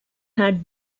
had